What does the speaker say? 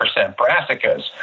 brassicas